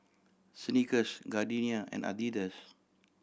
Snickers Gardenia and Adidas